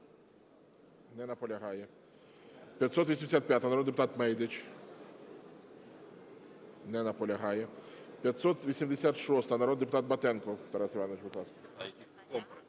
Не наполягає. 585-а. Народний депутат Мейдич. Не наполягає. 586-а. народний депутат Батенко. Тарас Іванович, будь